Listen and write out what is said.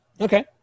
Okay